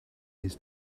his